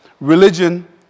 religion